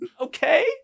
okay